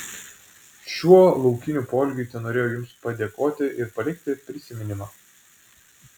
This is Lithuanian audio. šiuo laukiniu poelgiu tenorėjau jums padėkoti ir palikti prisiminimą